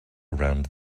around